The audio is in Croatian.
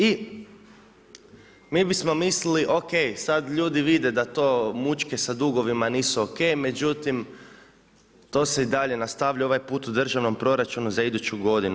I mi bismo mislili o.k. sad ljudi vide da to mućke sa dugovima nisu o.k., međutim to se i dalje nastavlja ovaj put u državnom proračunu za iduću godinu.